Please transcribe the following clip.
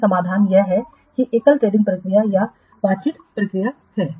तो समाधान यह एकल टेंडरिंग प्रक्रिया या बातचीत प्रक्रिया है